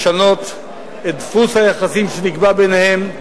לשנות את דפוס היחסים שנקבע ביניהן.